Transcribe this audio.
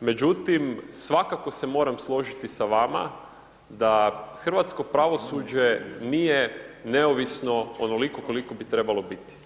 međutim svakako se moramo složiti sa vama da hrvatsko pravosuđe nije neovisno onoliko koliko bi trebalo biti.